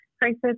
crisis